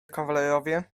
kawalerowie